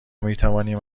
میتوانیم